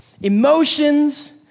Emotions